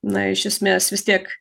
na iš esmės vis tiek